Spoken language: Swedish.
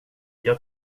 jag